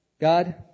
God